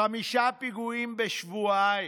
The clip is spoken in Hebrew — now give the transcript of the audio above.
חמישה פיגועים בשבועיים.